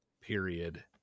period